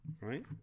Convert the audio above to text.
right